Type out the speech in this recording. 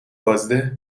بازده